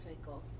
cycle